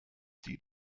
die